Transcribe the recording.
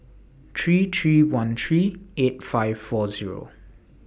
three three one three eight five four Zero